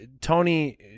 Tony